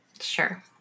Sure